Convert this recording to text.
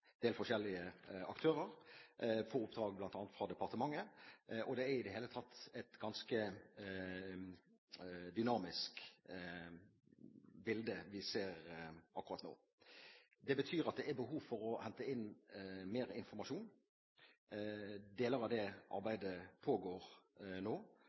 forskjellige aktører på oppdrag bl.a. fra departementet. Det er i det hele tatt et ganske dynamisk bilde vi ser akkurat nå. Det betyr at det er behov for å hente inn mer informasjon. Deler av det arbeidet pågår nå,